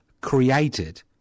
created